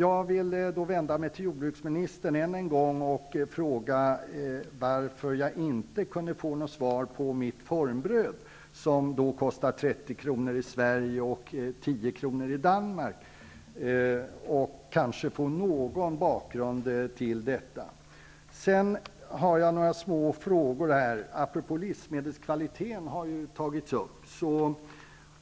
Jag vill än en gång vända mig till jordbruksministern och fråga varför jag inte kunde få något svar på min fråga om formbrödet, som kostar 30 kr. i Sverige och 10 kr. i Danmark. Det vore intressant att få veta något om bakgrunden till detta. Sedan har jag några frågor apropå livsmedelskvaliteten, som tagits upp